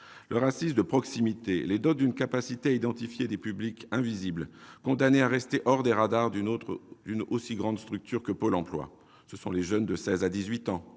Leur assise de proximité les dote d'une capacité à identifier des publics invisibles, condamnés à rester hors des radars d'une aussi grande structure que Pôle emploi, à savoir les jeunes de 16 à 18 ans